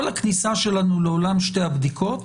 כל הכניסה שלנו לעולם שתי הבדיקות